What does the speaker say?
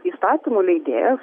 įstatymų leidėjas